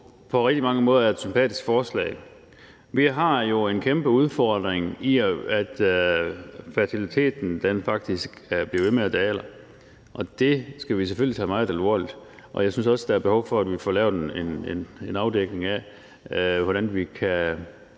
på rigtig mange måder er et sympatisk forslag. Vi har jo en kæmpe udfordring i, at fertiliteten faktisk bliver ved med at dale, og det skal vi selvfølgelig tage meget alvorligt, og jeg synes også, der er behov for, at vi får lavet en afdækning af, hvordan vi kan